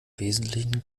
wesentlichen